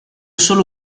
solo